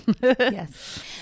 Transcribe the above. Yes